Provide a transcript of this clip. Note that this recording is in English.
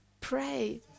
pray